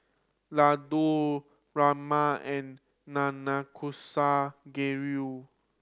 Ladoo Rajma and Nanakusa Gayu